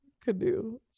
Canoe